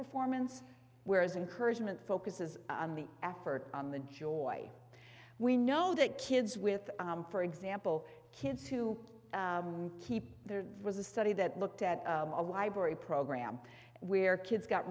performance whereas encouragement focuses on the effort on the joy we know that kids with for example kids to keep there was a study that looked at a library program where kids got